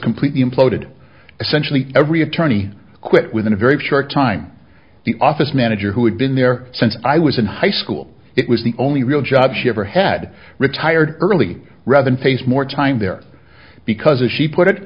completely imploded essentially every attorney quit within a very short time the office manager who had been there since i was in high school it was the only real job she ever had retired early rather than face more time there because as she put it